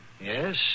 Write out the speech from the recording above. Yes